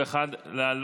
כל אחד לעלות